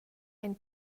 ein